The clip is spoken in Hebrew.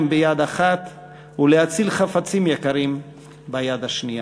ביד אחת ולהציל חפצים יקרים ביד השנייה.